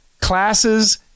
classes